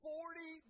Forty